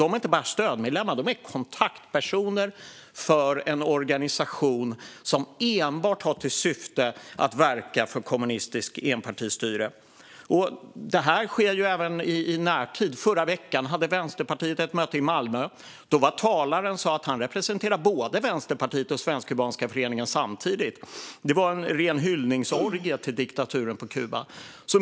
De är inte bara stödmedlemmar, utan de är kontaktpersoner för en organisation som enbart har till syfte att verka för kommunistiskt enpartistyre. Detta sker även i närtid. I förra veckan hade Vänsterpartiet ett möte i Malmö. Talaren sa att han representerade både Vänsterpartiet och Svensk-Kubanska Föreningen samtidigt. Det var en ren hyllningsorgie till diktaturen på Kuba.